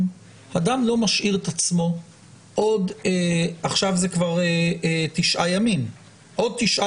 אדם לא משאיר את עצמו עוד תשעה ימים בבידוד.